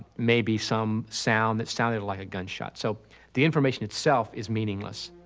maybe some sound that sounded like a gunshot. so the information itself is meaningless.